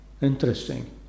Interesting